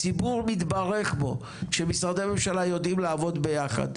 הציבור מתברך בו כשמשרדי הממשלה יודעים לעבוד ביחד.